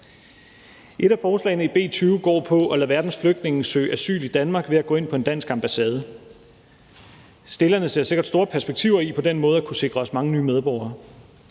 Et af forslagene i B 20 går på at lade verdens flygtninge søge asyl i Danmark ved at gå ind på en dansk ambassade. Stillerne ser sikkert store perspektiver i på den måde at kunne sikre os mange nye medborgere.